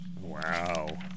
Wow